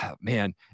man